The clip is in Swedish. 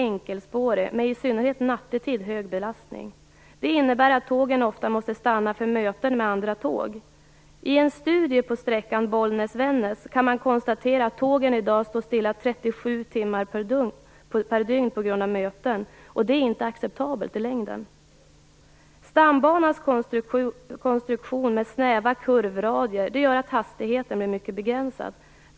en studie på sträckan Bollnäs-Vännäs kan man konstatera att tågen i dag står stilla 3-7 timmar per dygn på grund av möten, och det är inte acceptabelt i längden. Stambanans konstruktion med snäva kurvradier gör att hastigheten blir mycket begränsad.